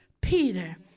Peter